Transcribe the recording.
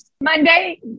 monday